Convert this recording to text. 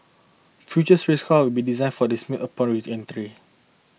future spacecraft will be design for demise upon reentry